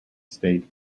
state